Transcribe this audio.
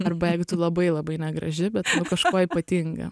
arba jeigu tu labai labai negraži bet kažkuo ypatinga